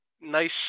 Nice